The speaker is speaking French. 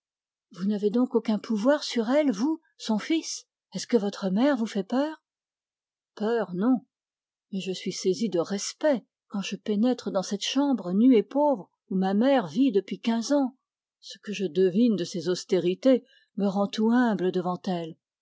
vous n'avez donc aucun pourvoir sur elle vous son fils est-ce que votre mère vous fait peur peur non mais je suis saisi de respect quand je pénètre dans cette chambre nue et pauvre où ma mère vit depuis quinze ans ce que je devine de ses austérités me rend tout humble devant elle